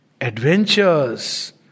Adventures